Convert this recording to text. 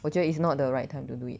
我觉得 is not the right time to do it